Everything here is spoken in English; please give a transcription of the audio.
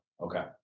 Okay